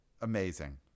Amazing